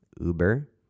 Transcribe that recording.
Uber